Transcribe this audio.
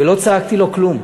ולא צעקתי לו כלום.